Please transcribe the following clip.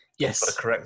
Yes